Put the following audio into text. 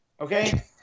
okay